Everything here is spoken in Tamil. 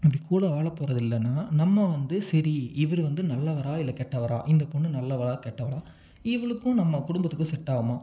இப்படி கூட வாழ போவது இல்லைனா நம்ம வந்து சரி இவர் வந்து நல்லவரா இல்லை கெட்டவரா இந்த பெண்ணு நல்லவளா கெட்டவளா இவளுக்கும் நம்ம குடும்பத்துக்கும் செட் ஆகுமா